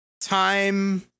Time